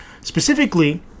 specifically